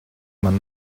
man